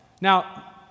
Now